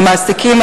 המעסיקים,